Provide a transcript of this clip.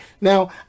Now